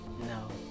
No